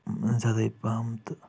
زیادٕے پہم تہٕ